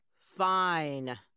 Fine